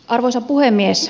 arvoisa puhemies